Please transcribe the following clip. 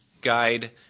guide